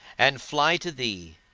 and fly to thee,